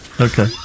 Okay